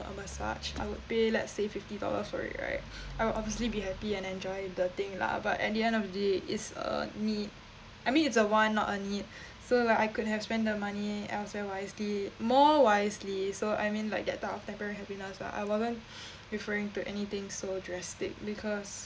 a massage I would pay let's say fifty dollars for it right I'll obviously be happy and enjoy the thing lah but at the end of the day it's a need I mean it's a want not a need so like I could have spent the money elsewhere wisely more wisely so I mean like that type of temporary happiness lah I wasn't referring to anything so drastic because